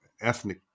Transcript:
ethnic